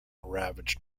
ravaged